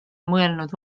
mõelnud